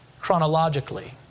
chronologically